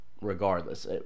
regardless